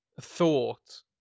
thought